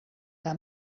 que